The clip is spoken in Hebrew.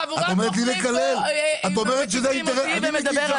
חבורת נוכלים -- תתחילי את קודם,